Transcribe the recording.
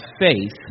faith